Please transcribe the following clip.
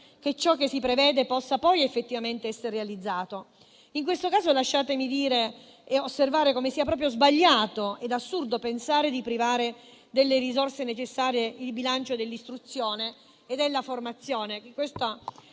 che ciò che si prevede possa poi effettivamente essere realizzato. In questo caso, lasciatemi dire ed osservare come sia proprio sbagliato ed assurdo pensare di privare delle risorse necessarie il bilancio dell'istruzione e della formazione